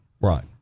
right